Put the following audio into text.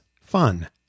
fun